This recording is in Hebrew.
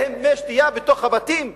אין להם מי שתייה בתוך הבתים,